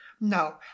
No